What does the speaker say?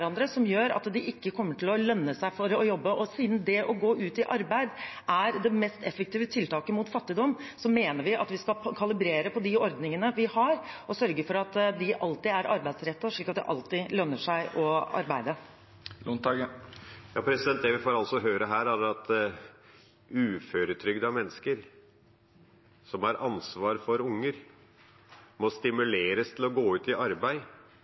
Og siden det å gå ut i arbeid er det mest effektive tiltaket mot fattigdom, mener vi at vi skal kalibrere på de ordningene vi har, og sørge for at de alltid er arbeidsrettede, slik at det alltid lønner seg å arbeide. Det vi får høre her, er at uføretrygdede mennesker som har ansvar for barn, må stimuleres til å gå ut i arbeid